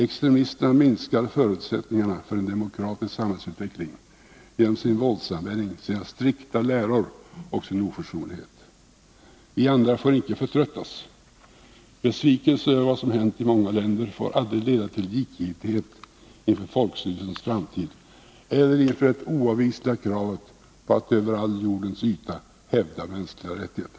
Extremisterna minskar förutsättningarna för en demokratisk samhällsutveckling genom sin våldsanvändning, sina strikta läror och sin oförsonlighet. Vi andra får icke förtröttas. Besvikelserna över vad som hänt i många av dessa länder får aldrig leda till likgiltighet inför folkstyrelsens framtid eller inför det oavvisliga kravet på att över all jordens yta hävda mänskliga rättigheter.